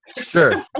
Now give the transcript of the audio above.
Sure